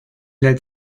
led